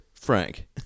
Frank